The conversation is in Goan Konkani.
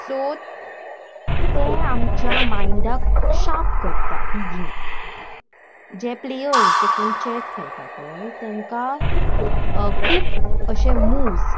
सो ते आमच्या मायंडाक शार्प करता ही गेम जे प्लेयर्स जे कोण चॅस खेळटा पय तेंकां खूब अशे मुव्स